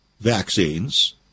vaccines